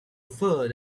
referred